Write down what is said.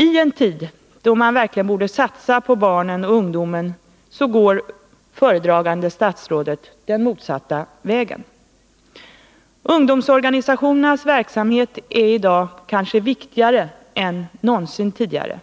I en tid då man verkligen borde satsa på barnen och ungdomen så går föredragande statsrådet den motsatta vägen. Ungdomsorganisationernas verksamhet är i dag kanske viktigare än någonsin tidigare,